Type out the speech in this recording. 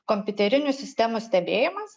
kompiuterinių sistemų stebėjimas